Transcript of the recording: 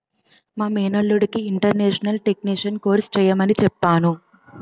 మా మేనల్లుడికి international taxation course చెయ్యమని చెప్పాను